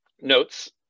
notes